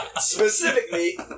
specifically